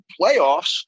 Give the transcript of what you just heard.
playoffs